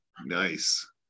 nice